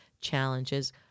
challenges